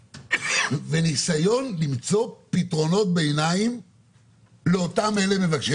בניסיון למצוא פתרונות ביניים לאותם אלה מבקשי עבודה.